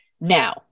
Now